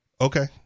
Okay